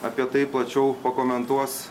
apie tai plačiau pakomentuos